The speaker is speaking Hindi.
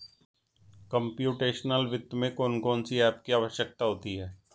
कंप्युटेशनल वित्त में कौन कौन सी एप की आवश्यकता होती है